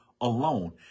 alone